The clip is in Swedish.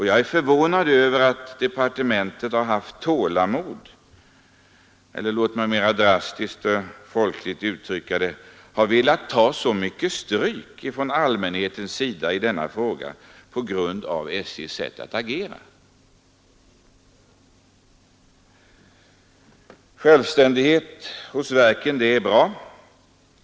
Jag är förvånad över att departementet har haft ett sådant tålamod och — låt mig uttrycka det mera drastiskt och mera folkligt — velat ta så mycket stryk från allmänheten i denna fråga bl.a. på grund av SJ:s sätt att agera. Självständighet hos verken är bra.